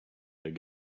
their